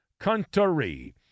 country